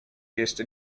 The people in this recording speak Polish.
jeszcze